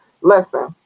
Listen